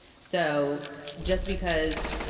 so just because